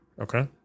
Okay